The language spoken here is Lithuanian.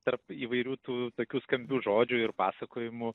tarp įvairių tų tokių skambių žodžių ir pasakojimų